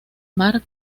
mar